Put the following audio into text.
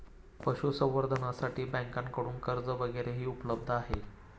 पशुसंवर्धनासाठी बँकांकडून कर्ज वगैरेही उपलब्ध आहे